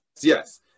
yes